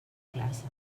classe